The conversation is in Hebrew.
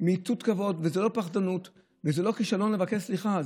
מעיטות כבוד וזה לא פחדנות וזה לא כישלון לבקש סליחה.